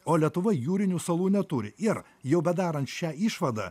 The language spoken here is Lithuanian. o lietuva jūrinių salų neturi ir jau bedarant šią išvadą